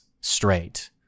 straight